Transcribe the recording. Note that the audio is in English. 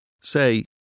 Say